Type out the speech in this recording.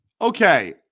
Okay